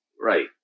right